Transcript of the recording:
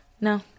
no